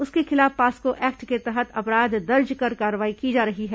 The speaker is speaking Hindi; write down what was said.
उसके खिलाफ पास्को एक्ट के तहत अपराध दर्ज कर कार्रवाई की जा रही है